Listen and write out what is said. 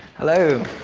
hello